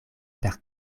per